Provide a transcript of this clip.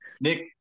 Nick